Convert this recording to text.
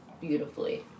beautifully